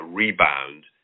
rebound